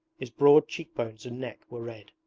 his broad cheekbones and neck were red.